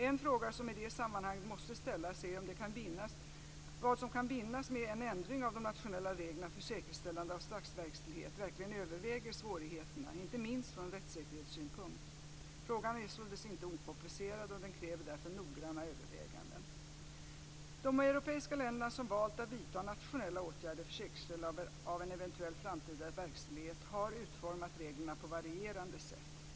En fråga som i det sammanhanget måste ställas är om det som kan vinnas med en ändring av de nationella reglerna för säkerställande av straffverkställighet verkligen överväger svårigheterna, inte minst från rättssäkerhetssynpunkt. Frågan är således inte okomplicerad, och den kräver därför noggranna överväganden. De europeiska länder som valt att vidta nationella åtgärder för säkerställande av en eventuell framtida straffverkställighet har utformat reglerna på varierande sätt.